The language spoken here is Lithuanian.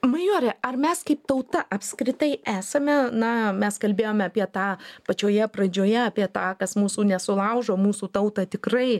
majore ar mes kaip tauta apskritai esame na mes kalbėjome apie tą pačioje pradžioje apie tą kas mūsų nesulaužo mūsų tautą tikrai